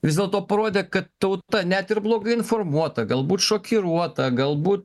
vis dėlto parodė kad tauta net ir blogai informuota galbūt šokiruota galbūt